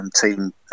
team